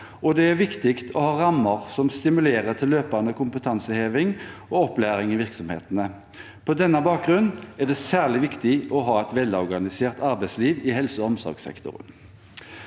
det er viktig å ha rammer som stimulerer til løpende kompetanseheving og opplæring i virksomhetene. På denne bakgrunn er det særlig viktig å ha et velorganisert arbeidsliv i helse- og omsorgssektoren.